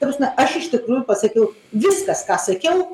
ta prasme aš iš tikrųjų pasakiau viskas ką sakiau